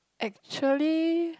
actually